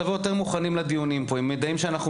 תבואו יותר מוכנים לדיונים פה עם מידעים שאנחנו